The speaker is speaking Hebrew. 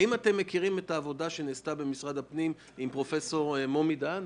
האם אתם מכירים את העבודה שנעשתה במשרד הפנים עם פרופסור מומי דהן?